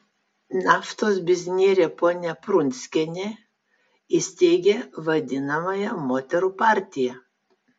naftos biznierė ponia prunskienė įsteigė vadinamąją moterų partiją